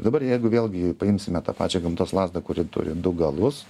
dabar jeigu vėlgi paimsime tą pačią gamtos lazdą kuri turi du galus